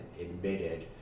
admitted